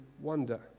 wonder